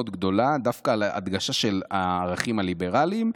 גדולה דווקא על ההדגשה של הערכים הליברליים,